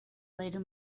later